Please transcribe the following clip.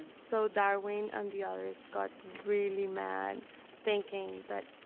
so darwin and the others got really mad thinking that,